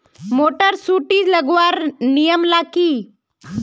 Motor सुटी लगवार नियम ला की?